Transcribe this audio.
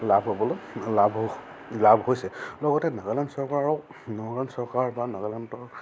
লাভ হ'বলৈ লাভ লাভ হৈছে লগতে নাগালেণ্ড চৰকাৰৰ নাগালেণ্ড চৰকাৰ বা নাগালেণ্ডৰ